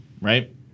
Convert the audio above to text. right